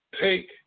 take